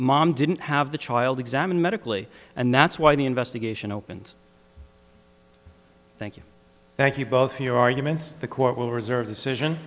mom didn't have the child examined medically and that's why the investigation opens thank you thank you both for your arguments the court will reserve decision